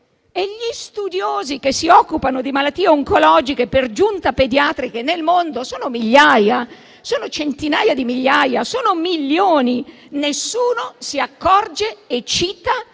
e gli studiosi che si occupano di malattie oncologiche, per giunta pediatriche, nel mondo sono migliaia, sono centinaia di migliaia, sono milioni. Nessuno si accorge di